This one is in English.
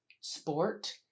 sport